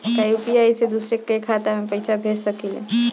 का यू.पी.आई से दूसरे के खाते में पैसा भेज सकी ले?